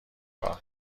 کار